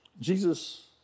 Jesus